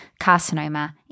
carcinoma